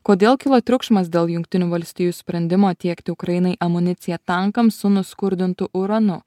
kodėl kilo triukšmas dėl jungtinių valstijų sprendimo tiekti ukrainai amuniciją tankams su nuskurdintu uranu